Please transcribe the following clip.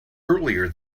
earlier